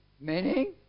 meaning